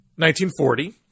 1940